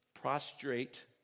prostrate